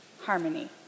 harmony